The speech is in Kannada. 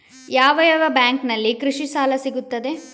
ಯಾವ ಯಾವ ಬ್ಯಾಂಕಿನಲ್ಲಿ ಕೃಷಿ ಸಾಲ ಸಿಗುತ್ತದೆ?